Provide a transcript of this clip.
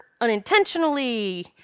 unintentionally